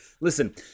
Listen